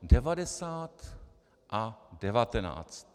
Devadesát a devatenáct.